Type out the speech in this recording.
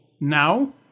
now